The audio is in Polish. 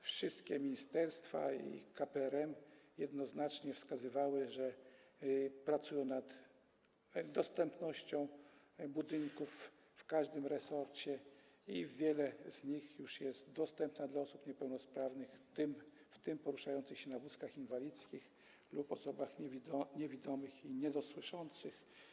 Wszystkie ministerstwa i KPRM jednoznacznie wskazywały, że pracują nad dostępnością budynków w każdym resorcie i wiele z nich już jest dostępnych dla osób niepełnosprawnych, w tym poruszających się na wózkach inwalidzkich lub osób niewidomych i niedosłyszących.